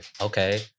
Okay